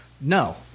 No